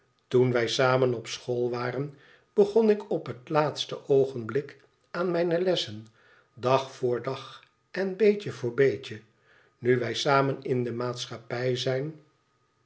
toen wij samen op school waren begon ik op het laatste oogenblik aan mijne lessen dag voor dag en beetje voor beetje nu wij samen in de maatschappij zijn